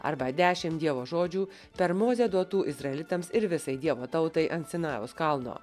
arba dešim dievo žodžių per mozę duotų izraelitams ir visai dievo tautai ant sinajaus kalno